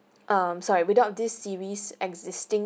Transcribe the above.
um sorry without this series existing